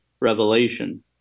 Revelation